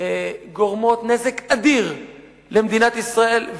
גורמות נזק אדיר למדינת ישראל,